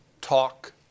talk